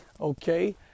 okay